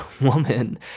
woman